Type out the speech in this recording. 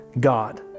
God